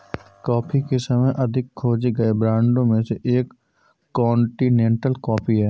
coffee के सबसे अधिक खोजे गए ब्रांडों में से एक कॉन्टिनेंटल कॉफ़ी है